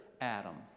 Adam